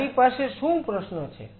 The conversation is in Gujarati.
મારી પાસે શું પ્રશ્ન છે